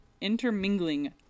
intermingling